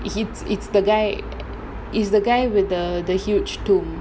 it's it's the guy is the guy with the the huge tomb